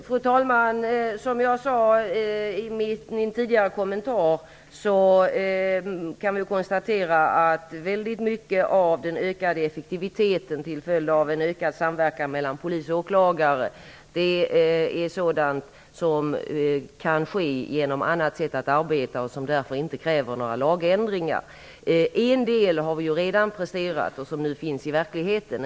Fru talman! Jag sade tidigare att vi kan konstatera att en stor del av den ökade effektiviteten som skett som en följd av den ökade samverkan mellan polis och åklagare utgörs av ändrade arbetsmetoder och kräver därför inte lagändringar. En del har redan presterats och finns i verkligheten.